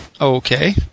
okay